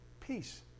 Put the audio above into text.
peace